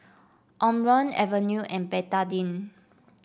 Omron Avene and Betadine